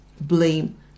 blame